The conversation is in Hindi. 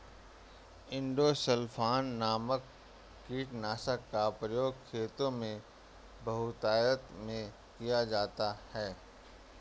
इंडोसल्फान नामक कीटनाशक का प्रयोग खेतों में बहुतायत में किया जाता है